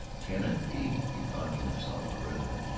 can it be? he thought to himself, or, rather,